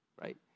right